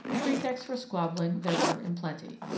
pretexts for squabbling there were in plenty.